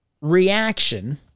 reaction